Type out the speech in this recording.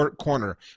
corner